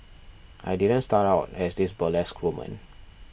I didn't start out as this burlesque woman